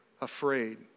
Afraid